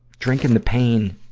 drinking the pain,